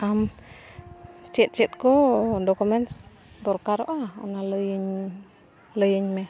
ᱟᱢ ᱪᱮᱫ ᱪᱮᱫ ᱠᱚ ᱰᱚᱠᱳᱢᱮᱱᱴᱥ ᱫᱚᱨᱠᱟᱨᱚᱜᱼᱟ ᱚᱱᱟ ᱞᱟᱹᱭᱟᱹᱧ ᱞᱟᱹᱭᱟᱹᱧ ᱢᱮ